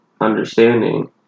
understanding